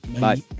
Bye